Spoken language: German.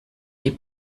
die